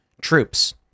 troops